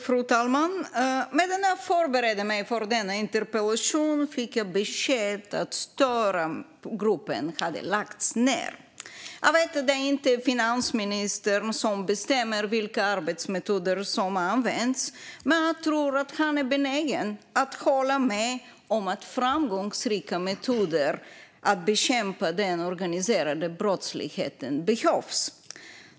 Fru talman! Medan jag förberedde mig för denna interpellationsdebatt fick jag beskedet att Störa-gruppen hade lagts ned. Jag vet att det inte är finansministern som bestämmer vilka arbetsmetoder som ska användas, men jag tror att han är benägen att hålla med om att framgångsrika metoder för att bekämpa den organiserade brottsligheten behövs.